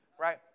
right